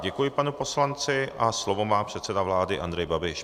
Děkuji panu poslanci a slovo má předseda vlády Andrej Babiš.